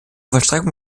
vollstreckung